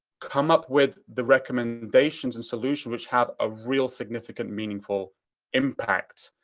come up with the recommendations and solutions which have a real significant, meaningful impact.